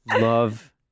love